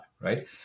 right